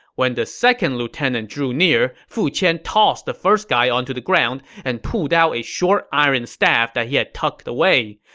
when the second lieutenant drew near, fu qian tossed the first guy onto the ground and pulled out a short iron staff that he had tucked away.